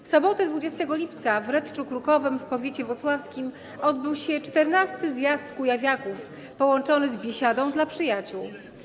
W sobotę 20 lipca w Redczu Krukowym w powiecie włocławskim odbył się XIV Zjazd Kujawiaków połączony z Biesiadą dla Przyjaciół.